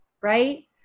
Right